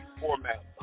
format